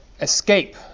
escape